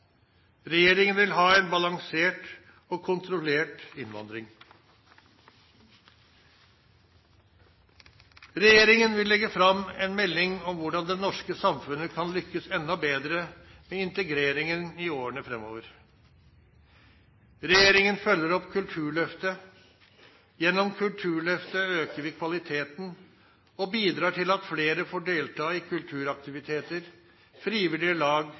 Regjeringen vil ha en balansert og kontrollert innvandring. Regjeringen vil legge fram en melding om hvordan det norske samfunnet kan lykkes enda bedre med integreringen i årene framover. Regjeringen følger opp Kulturløftet. Gjennom Kulturløftet øker vi kvaliteten og bidrar til at flere får delta i kulturaktiviteter, frivillige lag